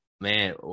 man